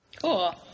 Cool